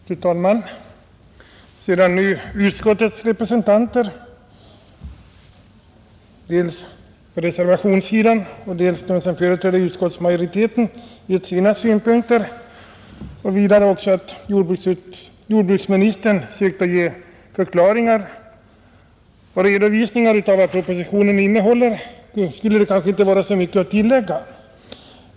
Fru talman! Sedan nu utskottets representanter — både reservationssidans och utskottsmajoritetens företrädare — har gett sina synpunkter och vidare jordbruksministern sökt ge förklaringar och redovisningar av vad propositionen innehåller skulle det kanske inte vara så mycket att tillägga.